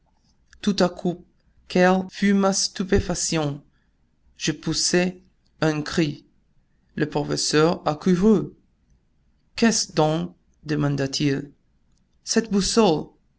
tout à coup quelle fut ma stupéfaction je poussai un cri le professeur accourut qu'est-ce donc demanda-t-il cette boussole